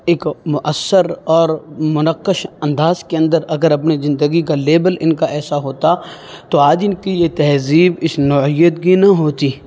ایک مؤثر اور منقش انداز کے اندر اگر اپنی زندگی کا لیبل ان کا ایسا ہوتا تو آج ان کی یہ تہذیب اس نوعیت کی نہ ہوتی